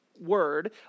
word